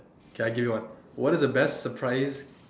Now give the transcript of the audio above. okay I give you one what is the best surprise